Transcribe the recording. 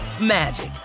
magic